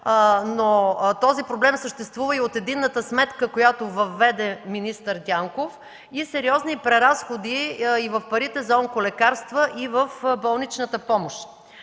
но този проблем съществува, и единната сметка, която въведе министър Дянков, и сериозните преразходи в парите за онколекарства и в болничната помощ.